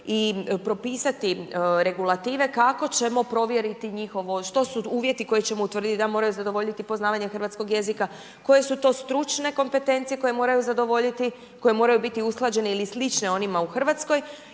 i propisati regulative kako ćemo provjeriti njihovo, što su uvjeti koje ćemo utvrditi, da moraju zadovoljiti poznavanje hrvatskog jezika, koje su to stručne kompetencije koje moraju zadovoljiti, koje moraju biti usklađene ili slične onima u Hrvatskoj